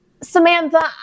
Samantha